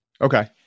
Okay